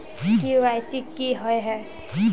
KYC की हिये है?